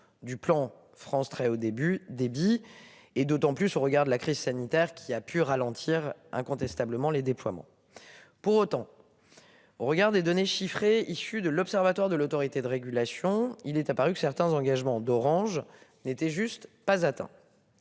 du plan France très, au début des. Et d'autant plus au regard de la crise sanitaire qui a pu ralentir incontestablement les déploiements. Pour autant. Au regard des données chiffrées issu de l'Observatoire de l'autorité de régulation, il est apparu que certains engagements d'Orange n'était juste pas attends.